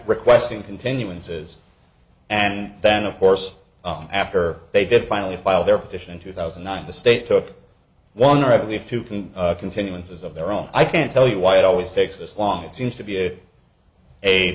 requesting continuances and then of course after they did finally file their petition in two thousand and nine the state took one or at least two can continuances of their own i can't tell you why it always takes this long it seems to be a